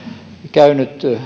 käynyt